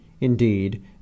indeed